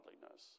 godliness